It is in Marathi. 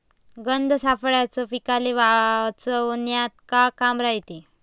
गंध सापळ्याचं पीकाले वाचवन्यात का काम रायते?